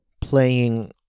playing